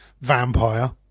vampire